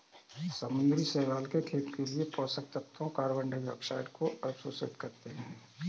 समुद्री शैवाल के खेत के लिए पोषक तत्वों कार्बन डाइऑक्साइड को अवशोषित करते है